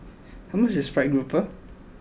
how much is Fried Grouper